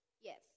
Yes